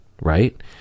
right